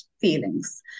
feelings